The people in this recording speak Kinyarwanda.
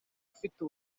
ufite